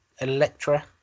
Electra